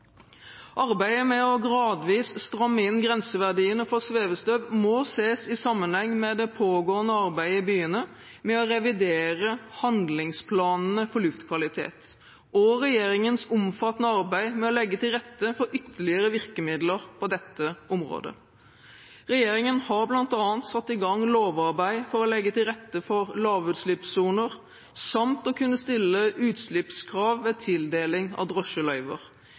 Arbeidet med gradvis å stramme inn grenseverdiene for svevestøv må ses i sammenheng med det pågående arbeidet i byene med å revidere handlingsplanene for luftkvalitet og regjeringens omfattende arbeid med å legge til rette for ytterligere virkemidler på dette området. Regjeringen har bl.a. satt i gang et lovarbeid for å legge til rette for lavutslippssoner samt å kunne stille utslippskrav ved tildeling av drosjeløyver.